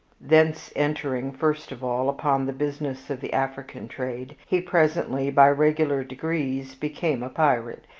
thence entering, first of all, upon the business of the african trade, he presently, by regular degrees, became a pirate,